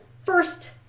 first